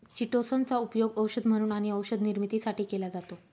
chitosan चा उपयोग औषध म्हणून आणि औषध निर्मितीसाठी केला जातो